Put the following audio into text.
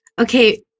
Okay